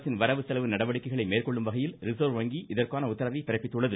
அரசின் வரவு செலவு நடவடிக்கைகளை மேற்கொள்ளும்வகையில் ரிஸர்வ் வங்கி இதற்கான உத்தரவை பிறப்பித்துள்ளது